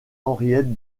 henriette